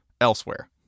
elsewhere